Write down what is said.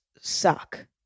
suck